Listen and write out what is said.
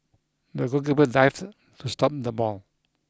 the goalkeeper dived to stop the ball